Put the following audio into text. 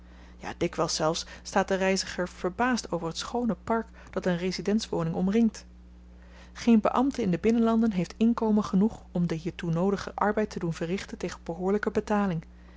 ja dikwyls zelfs staat de reiziger verbaasd over t schoone park dat een residentswoning omringt geen beambte in de binnenlanden heeft inkomen genoeg om den hiertoe noodigen arbeid te doen verrichten tegen behoorlyke betaling